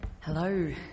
Hello